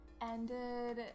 ended